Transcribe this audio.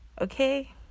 okay